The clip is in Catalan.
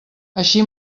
així